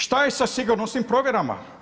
Šta je sa sigurnosnim provjerama?